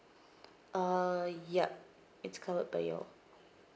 uh yup it's covered by your